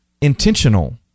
intentional